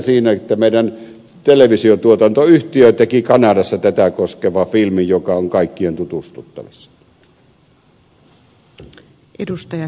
siitä että meidän televisiotuotantoyhtiömme teki kanadassa tätä koskevan filmin joka on kaikkien tutustuttavissa